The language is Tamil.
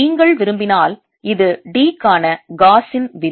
நீங்கள் விரும்பினால் இது D க்கான காஸின் விதி